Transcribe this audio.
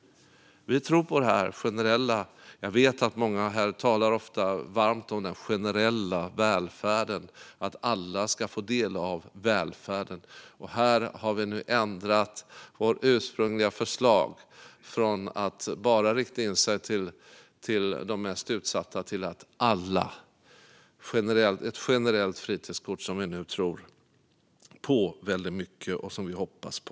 Vi tror på det generella. Jag vet att många här ofta talar varmt om den generella välfärden och att alla ska få del av välfärden. Här har vi nu ändrat vårt ursprungliga förslag från att bara rikta in sig på de mest utsatta till att rikta in sig på alla med ett generellt fritidskort som vi nu tror på väldigt mycket och som vi hoppas på.